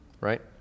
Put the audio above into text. right